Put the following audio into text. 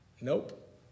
Nope